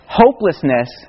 hopelessness